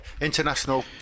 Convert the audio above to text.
International